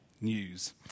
news